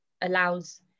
allows